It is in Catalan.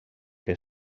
que